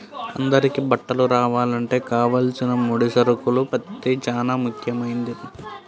అందరికీ బట్టలు రావాలంటే కావలసిన ముడి సరుకుల్లో పత్తి చానా ముఖ్యమైంది